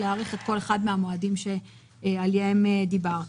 להאריך את כל אחד מן המועדים שעליהם דיברתי.